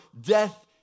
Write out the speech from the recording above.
death